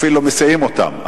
אפילו מסיעים אותם.